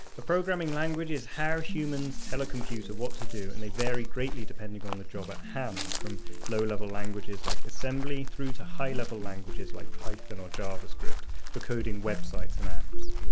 a programming language is how humans tell a computer what to do and they vary greatly depending on the job at hand from low level languages like assembly through to high level languages like python or javascript for coding websites and apps.